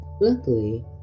Luckily